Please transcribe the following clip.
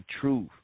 truth